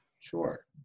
Sure